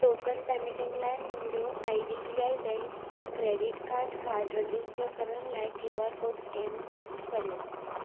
token पेमेंटुनि लाए मुंहिंजो I D B I bank credit card card register करण लाइ क्यू आर कोड स्केन करियो